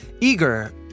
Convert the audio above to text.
eager